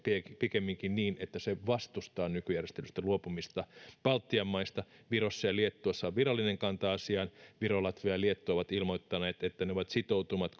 pikemminkin niin että se vastustaa nykyjärjestelystä luopumista baltian maista virossa ja liettuassa on virallinen kanta asiaan viro latvia ja liettua ovat ilmoittaneet että ne ovat sitoutuneet